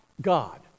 God